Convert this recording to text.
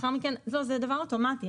לאחר מכן זה דבר אוטומטי,